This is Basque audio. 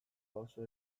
oso